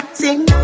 sing